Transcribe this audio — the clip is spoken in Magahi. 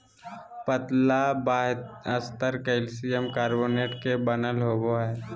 पतला बाह्यस्तर कैलसियम कार्बोनेट के बनल होबो हइ